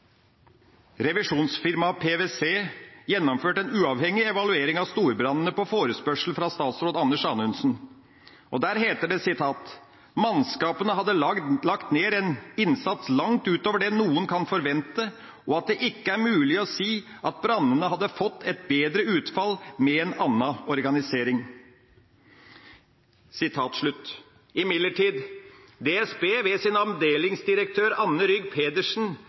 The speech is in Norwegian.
Revisjonsfirmaet PwC gjennomførte en uavhengig evaluering av storbrannene på forespørsel fra statsråd Anders Anundsen. Der heter det at «mannskapene hadde lagt ned en innsats langt utover det noen kan forvente, og at det ikke er mulig å si at brannene hadde fått et bedre utfall med en annen organisering». Imidlertid, DSB ved sin avdelingsdirektør Anne Rygh Pedersen